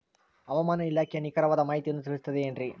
ಹವಮಾನ ಇಲಾಖೆಯ ನಿಖರವಾದ ಮಾಹಿತಿಯನ್ನ ತಿಳಿಸುತ್ತದೆ ಎನ್ರಿ?